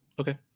Okay